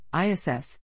ISS